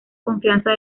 confianza